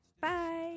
Bye